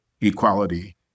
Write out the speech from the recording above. equality